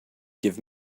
give